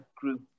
group